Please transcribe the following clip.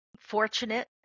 fortunate